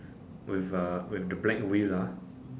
with a with the black wheel ah